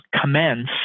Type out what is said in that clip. commence